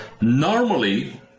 Normally